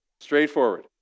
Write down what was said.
Straightforward